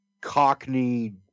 cockney